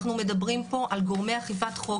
אנחנו מדברים פה על גורמי אכיפת חוק,